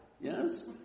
Yes